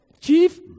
chief